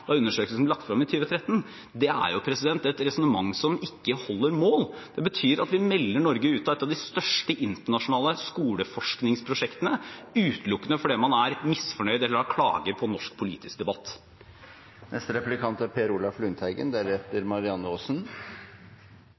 da undersøkelsen ble lagt frem i 2013. Det er et resonnement som ikke holder mål og som betyr at vi melder Norge ut av et av de største internasjonale skoleforskningsprosjektene utelukkende fordi man er misfornøyd eller har klager på norsk politisk debatt.